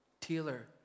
Taylor